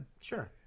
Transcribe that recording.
Sure